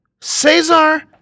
Cesar